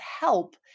help